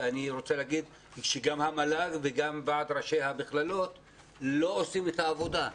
אני רוצה להגיד שגם המל"ג וגם ועד ראשי המכללות לא עושים את העבודה.